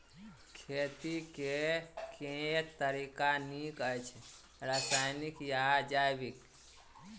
खेती केँ के तरीका नीक छथि, रासायनिक या जैविक?